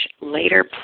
later